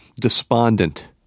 despondent